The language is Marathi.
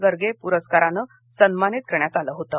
गर्गे पुरस्कारानं सन्मानित करण्यात आलं होतं